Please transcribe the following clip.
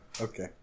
Okay